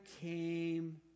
came